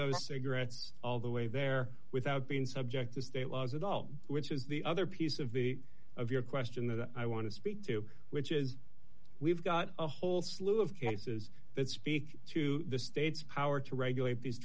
those cigarettes all the way there without being subject to state laws at all which is the other piece of the of your question that i want to speak to which is we've got a whole slew of cases that speak to the state's power to regulate these